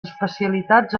especialitats